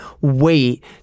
wait